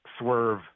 swerve